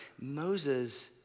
Moses